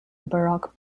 baroque